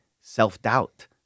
self-doubt